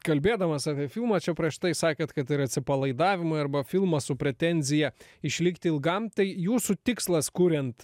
kalbėdamas apie filmą čia prieš tai sakėt kad atsipalaidavimui arba filmas su pretenzija išlikti ilgam tai jūsų tikslas kuriant